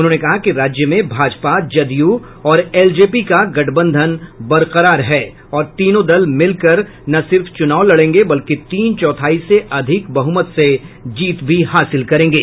उन्होंने कहा कि राज्य में भाजपा जदयू और एलजेपी का गठबंधन बरकरार है और तीनों दल मिलकर न सिर्फ चुनाव लड़ेंगे बल्कि तीन चौथाई से अधिक बहुमत से जीत भी हासिल करेंगे